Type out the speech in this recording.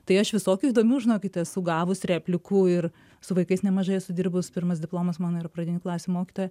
tai aš visokių įdomių žinokit esu gavus replikų ir su vaikais nemažai esu dirbus pirmas diplomas mano yra pradinių klasių mokytoja